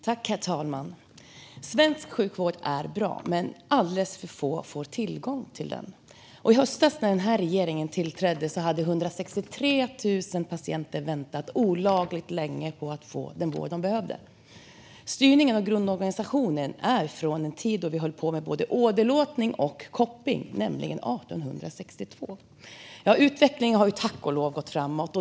Herr talman! Svensk sjukvård är bra, men alldeles för få får tillgång till den. I höstas, när den här regeringen tillträdde, hade 163 000 patienter väntat olagligt länge på att få den vård de behövde. Styrningen och grundorganisationen är från en tid då vi höll på med både åderlåtning och koppning, nämligen 1862. Utvecklingen har tack och lov gått framåt!